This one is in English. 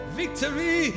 victory